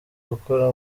gukora